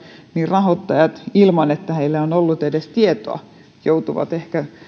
rahoittajat ilman että heillä on ollut edes tietoa joutuvat ehkä